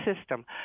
system